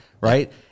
right